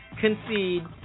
concede